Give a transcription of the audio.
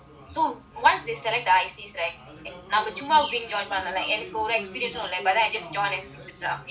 once they select the I_C நான் சும்மா ஒன்னு:naan summa onnu join பண்ணல எனக்கு ஒரு:pannala enakku oru experience இல்ல:illa but I just join as in the dance